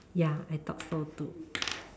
ya I thought so too